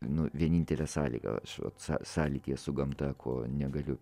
nu vienintelė sąlyga sąlytyje su gamta ko negaliu